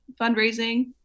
fundraising